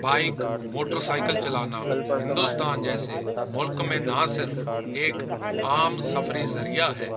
bike motorcycle چلانا ہندوستان جیسے ملک میں نہ صرف ایک عام سفری ذریعہ ہے